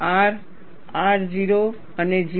R 0 અને 0